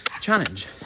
challenge